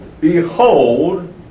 behold